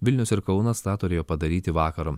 vilnius ir kaunas tą turėjo padaryti vakar